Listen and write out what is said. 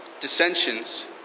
dissensions